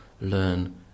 learn